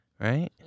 Right